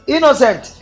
Innocent